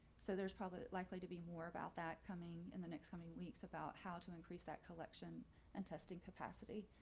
so there's probably likely to be more about that coming in the next coming weeks about how to increase that collection and testing capacity.